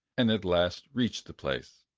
and at last reached the place.